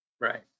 Right